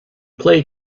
play